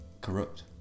corrupt